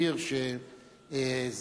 להעלות וכל הדברים.